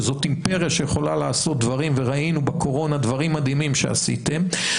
שזאת אימפריה שיכולה לעשות דברים וראינו בקורונה דברים מדהימים שעשיתם,